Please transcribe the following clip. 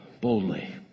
Boldly